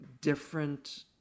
different